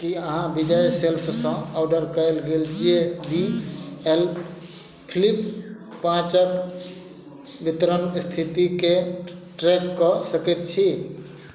की अहाँ विजय सेल्ससँ ऑर्डर कयल गेल जे बी एल फ्लिप पाँचक वितरण स्थितिके ट्रैक कऽ सकैत छी